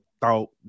thought